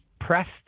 pressed